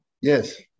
Yes